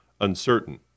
uncertain